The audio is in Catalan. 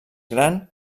gran